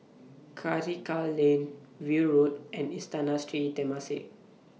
Karikal Lane View Road and Istana Sri Temasek